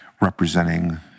representing